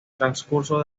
transcurso